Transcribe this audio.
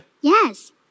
Yes